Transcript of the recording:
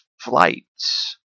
flights